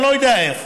אני לא יודע איך.